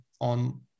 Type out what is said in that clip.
on